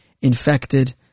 infected